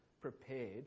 prepared